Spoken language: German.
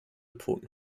pfoten